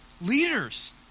leaders